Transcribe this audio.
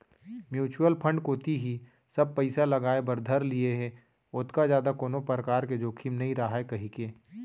mutual fund कोती ही सब पइसा लगाय बर धर लिये हें ओतका जादा कोनो परकार के जोखिम नइ राहय कहिके